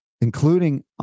including